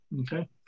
Okay